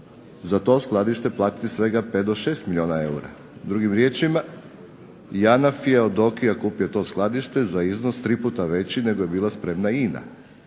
za to skladište platiti svega 5 do 6 milijuna eura. Drugim riječima, JANAF je od Diokije kupio to skladište za iznos tri puta veći nego je bila spremna INA,